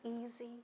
easy